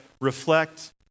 reflect